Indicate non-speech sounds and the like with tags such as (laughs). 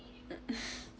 (laughs)